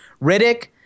Riddick